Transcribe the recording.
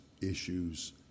issues